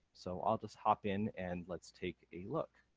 so i'll just hop in and let's take a look.